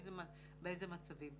באיזה מצבים.